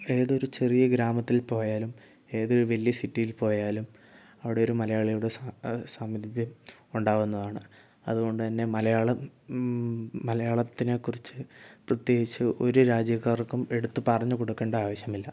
ഏതൊരു ചെറിയ ഗ്രാമത്തിൽ പോയാലും ഏതൊരു വലിയ സിറ്റിയിൽ പോയാലും അവിടെ ഒരു മലയാളിയുടെ സാ സാമീപ്യം ഉണ്ടാവുന്നതാണ് അതുകൊണ്ടുതന്നെ മലയാളം മലയാളത്തിനെക്കുറിച്ച് പ്രത്യേകിച്ച് ഒരു രാജ്യക്കാർക്കും എടുത്ത് പറഞ്ഞ് കൊടുക്കേണ്ട ആവശ്യമില്ല